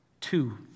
Two